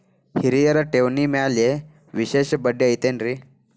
ಹಿರಿಯರ ಠೇವಣಿ ಮ್ಯಾಲೆ ವಿಶೇಷ ಬಡ್ಡಿ ಐತೇನ್ರಿ?